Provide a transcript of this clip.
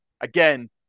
again